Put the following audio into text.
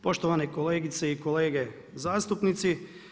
Poštovane kolegice i kolege zastupnici.